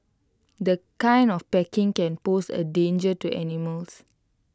the kind of packing can pose A danger to animals